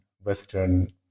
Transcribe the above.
Western